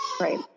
Right